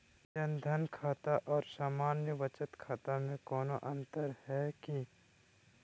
जन धन खाता और सामान्य बचत खाता में कोनो अंतर है की?